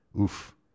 Oof